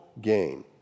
gain